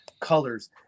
colors